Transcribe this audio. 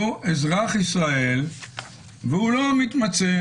הוא אזרח ישראל והוא לא מתמצה